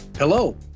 Hello